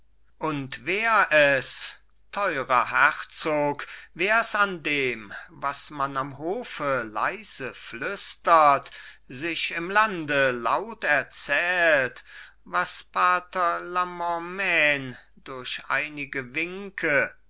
und wär es teurer herzog wärs an dem was man am hofe leise flüstert sich im lande laut erzählt was pater lamormain durch einige winke